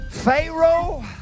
Pharaoh